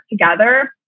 together